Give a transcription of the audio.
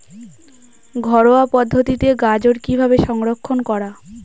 ঘরোয়া পদ্ধতিতে গাজর কিভাবে সংরক্ষণ করা?